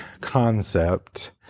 concept